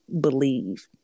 believe